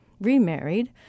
remarried